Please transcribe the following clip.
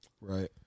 Right